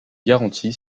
garantie